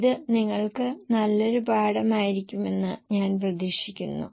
ഇത് നിങ്ങൾക്ക് നല്ലൊരു പഠനമായിരിക്കുമെന്ന് ഞാൻ പ്രതീക്ഷിക്കുന്നു